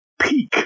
peak